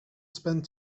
spent